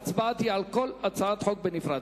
ההצבעה תהיה על כל הצעת חוק בנפרד.